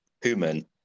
human